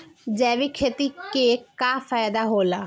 जैविक खेती क का फायदा होला?